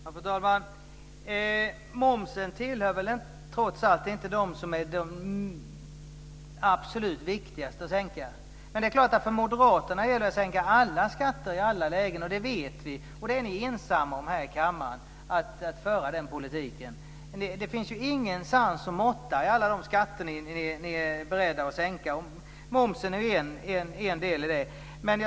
Fru talman! Momsen tillhör trots allt inte de skatter som det är absolut viktigast att sänka. Men för Moderaterna gäller det självfallet att sänka alla skatter i alla lägen - det vet vi. De är ensamma här i kammaren om att föra den politiken. Det finns ingen sans och måtta i alla de skatter som Moderaterna är beredda att sänka, och momsen är en del i det.